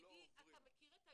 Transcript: ידידי, אתה מכיר את הילדים?